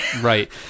Right